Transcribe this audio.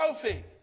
trophy